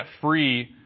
free